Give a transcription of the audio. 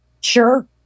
Sure